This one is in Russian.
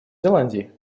зеландии